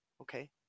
okay